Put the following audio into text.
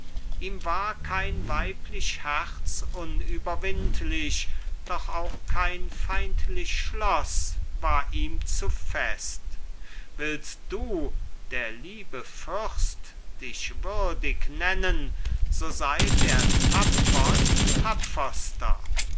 ihm war kein weiblich herz unüberwindlich doch auch kein feindlich schloß war ihm zu fest willst du der liebe fürst dich würdig nennen so sei der tapfern